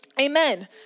Amen